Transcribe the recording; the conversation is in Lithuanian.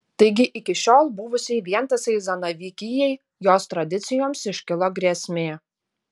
taigi iki šiol buvusiai vientisai zanavykijai jos tradicijoms iškilo grėsmė